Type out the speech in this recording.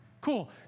Cool